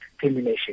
termination